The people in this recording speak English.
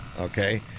Okay